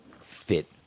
fit